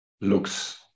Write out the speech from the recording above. looks